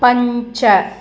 पञ्च